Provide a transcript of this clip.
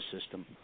system